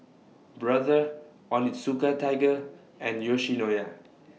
Brother Onitsuka Tiger and Yoshinoya